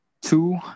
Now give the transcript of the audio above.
two